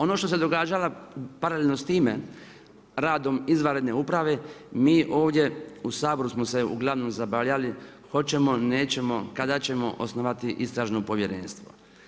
Ono što se događalo paralelno s time, radom izvanredne uprave, mi ovdje u Saboru smo se ugl. zabavljali, hoćemo, nećemo, kada ćemo, osnovati istražno povjerenstvo.